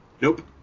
Nope